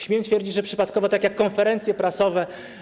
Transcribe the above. Śmiem twierdzić, że przypadkowo, tak jak konferencje prasowe.